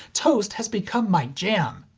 toast has become my jam!